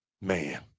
Man